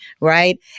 Right